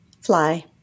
Fly